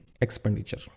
expenditure